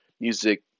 music